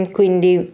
quindi